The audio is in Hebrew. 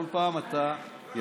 כל פעם אתה יכול,